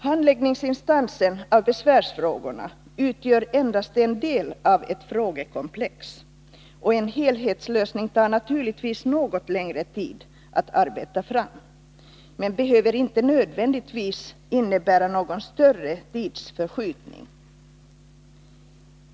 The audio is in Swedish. Handläggningsinstansen för besvärsfrågorna utgör endast en del av ett frågekomplex, och en helhetslösning tar naturligtvis något längre tid att arbeta fram, men behöver inte nödvändigtvis innebära någon större tidsförskjutning.